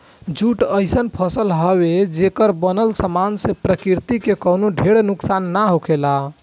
jute अइसन फसल हवे, जेकर बनल सामान से प्रकृति के कवनो ढेर नुकसान ना होखेला